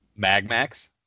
Magmax